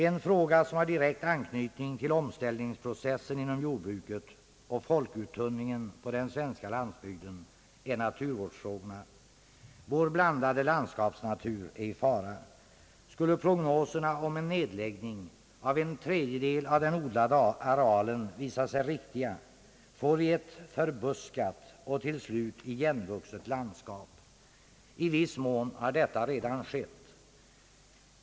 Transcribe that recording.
En fråga som har direkt anknytning till omställningsprocessen inom jordbruket och folkuttunningen på den svenska landsbygden är naturvården. Vår blandade landskapsnatur är i fara. Skulle prognoserna om nedläggning av en tredjedel av den odlade arealen visa sig riktiga, får vi ett förbuskat och till slut igenvuxet landskap. I viss mån har det perspektivet redan blivit verklighet.